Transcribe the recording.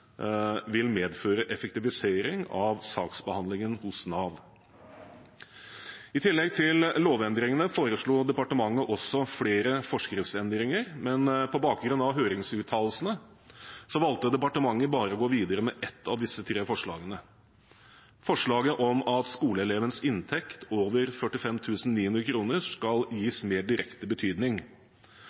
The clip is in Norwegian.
vil medføre effektivisering av saksbehandlingen hos Nav. I tillegg til lovendringene foreslo departementet også flere forskriftsendringer, men på bakgrunn av høringsuttalelsene valgte departementet å gå videre med bare ett av disse tre forslagene, forslaget om at skoleelevens inntekt over 45 900 kr skal gis mer direkte betydning.